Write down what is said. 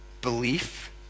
belief